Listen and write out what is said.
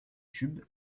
tube